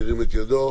ירים את ידו.